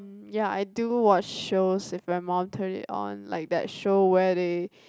mm ya I do watch shows if my mum turn it on like that show where they